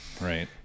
Right